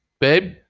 babe